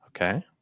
Okay